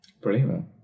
Brilliant